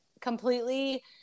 completely